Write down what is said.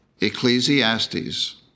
Ecclesiastes